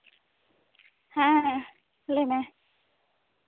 ᱦᱮᱸ ᱞᱟᱹᱭ ᱢᱮ